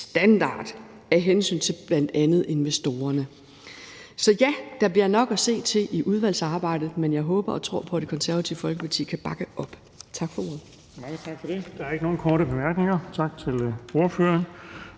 regnskabsstandard af hensyn til bl.a. investorerne. Så ja, der bliver nok at se til i udvalgsarbejdet, men jeg håber og tror på, at Det Konservative Folkeparti kan bakke op om lovforslaget.